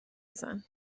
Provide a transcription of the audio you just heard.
بزن